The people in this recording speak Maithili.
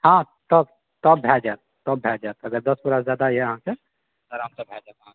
हँ तब तब भए जाएत तब भए जाएत अगर दस बोरासँ जादा यऽ अहाँके आराम सँ भए जाएत अहाँके